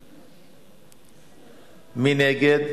נגד,